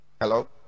Hello